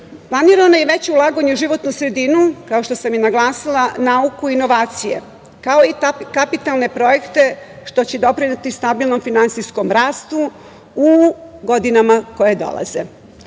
vojsku. Planirano je i veće ulaganje u životnu sredinu, kao što sam i naglasila, nauku, inovacije, kao i kapitalne projekte, što će doprineti stabilnom finansijskom rastu u godinama koje dolaze.